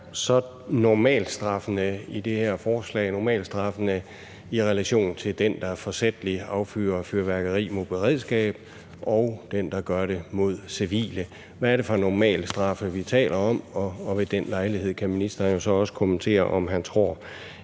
normalstraffene så er i det her forslag – normalstraffene i relation til den, der forsætligt affyrer fyrværkeri mod beredskab, og den, der gør det mod civile. Hvad er det for normalstraffe, vi taler om? Ved samme lejlighed kan ministeren så også kommentere, om han tror,